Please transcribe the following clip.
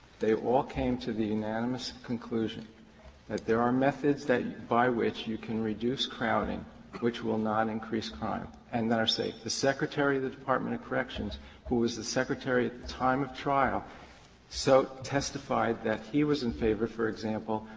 they all came to the unanimous conclusion that there are methods that by which you can reduce crowding which will not increase crime and they are safe. the secretary of the department of corrections who was the secretary at the time of trial so testified that he was in favor, for example,